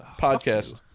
podcast